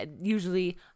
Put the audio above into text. usually